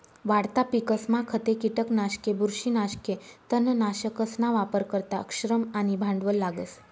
वाढता पिकसमा खते, किटकनाशके, बुरशीनाशके, तणनाशकसना वापर करता श्रम आणि भांडवल लागस